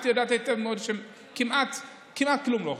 את יודעת היטב שכמעט כלום לא הוחזר.